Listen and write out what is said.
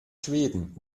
schweden